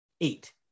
eight